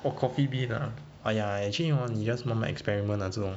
orh coffee bean ah !aiya! actually 你 just 慢慢 experiment ah 这种